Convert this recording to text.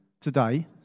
today